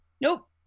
Nope